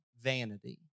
vanity